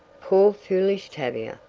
poor foolish tavia!